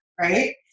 right